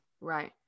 Right